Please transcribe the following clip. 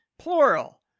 Plural